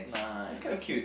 nice